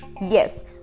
yes